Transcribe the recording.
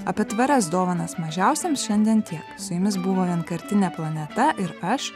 apie tvarias dovanas mažiausiems šiandien tiek su jumis buvo vienkartinė planeta ir aš